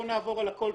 בואו נעבור על הכול,